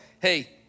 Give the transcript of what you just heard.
Hey